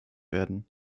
werden